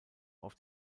auf